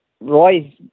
Roy